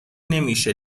نمیشه